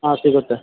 ಹಾಂ ಸಿಗುತ್ತೆ